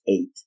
eight